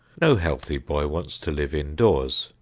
no healthy boy wants to live indoors,